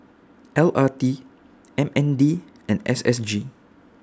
L R T M N D and S S G